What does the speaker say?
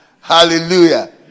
Hallelujah